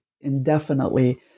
indefinitely